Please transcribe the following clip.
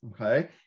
okay